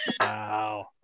Wow